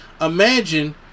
imagine